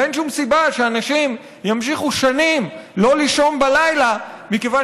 ואין שום סיבה שאנשים ימשיכו שנים לא לישון בלילה מכיוון